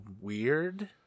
weird